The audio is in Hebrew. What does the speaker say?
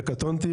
וקטונתי,